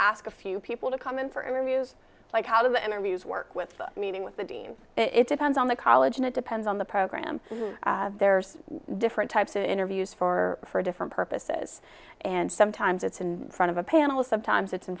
ask a few people to come in for areas like how do the interviews work with meeting with the teams it depends on the college and it depends on the program there's different types of interviews for different purposes and sometimes it's in front of a panel sometimes it's in